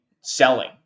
selling